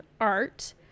Art